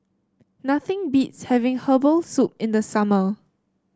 nothing beats having Herbal Soup in the summer